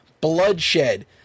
bloodshed